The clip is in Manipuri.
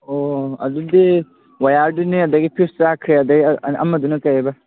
ꯑꯣ ꯑꯗꯨꯗꯤ ꯋꯥꯌꯥꯔꯗꯨꯅꯦ ꯑꯗꯒꯤ ꯐꯤꯌꯨꯁ ꯆꯥꯛꯈ꯭ꯔꯦ ꯑꯗꯩ ꯑꯃꯗꯨꯅ ꯀꯔꯤ ꯍꯥꯏꯕ